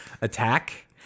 attack